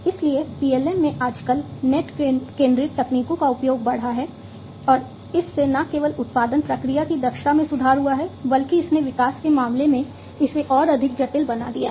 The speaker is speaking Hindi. इसलिए PLM में आजकल नेट केंद्रित तकनीकों का उपयोग बढ़ा है और इससे न केवल उत्पादन प्रक्रिया की दक्षता में सुधार हुआ है बल्कि इसने विकास के मामले में इसे और अधिक जटिल बना दिया है